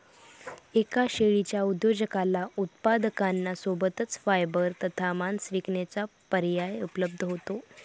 एका शेळीच्या उद्योजकाला उत्पादकांना सोबतच फायबर तथा मांस विकण्याचा पर्याय उपलब्ध होतो